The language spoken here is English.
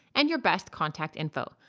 and your best contact info.